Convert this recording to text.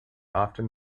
often